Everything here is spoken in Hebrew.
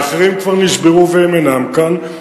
האחרים כבר נשברו והם אינם כאן.